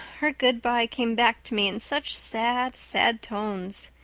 her good-bye came back to me in such sad, sad tones.